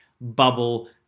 bubble